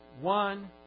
One